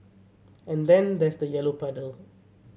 and then there's the yellow puddle